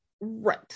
right